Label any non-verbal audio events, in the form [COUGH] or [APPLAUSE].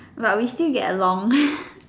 but we still get along [BREATH]